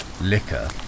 Liquor